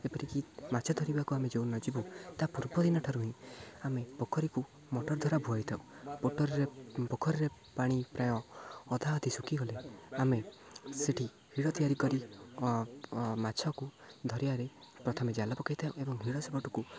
ଯେପରିକି ମାଛ ଧରିବାକୁ ଆମେ ଯୋଉ ଦିନ ଯିବୁ ତା ପୂର୍ବ ଦିନଠାରୁ ହିଁ ଆମେ ପୋଖରୀକୁ ମଟର ଦ୍ୱାରା ଭୁଆଇଥାଉ ମଟରରେ ପୋଖରୀରେ ପାଣି ପ୍ରାୟ ଅଧା ଅଧି ଶୁଖିଗଲେ ଆମେ ସେଠି ହିଡ଼ ତିଆରି କରି ମାଛକୁ ଧରିଆରେ ପ୍ରଥମେ ଜାଲ ପକେଇଥାଉ ଏବଂ ହିଡ଼ ସେପଟକୁ